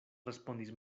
respondis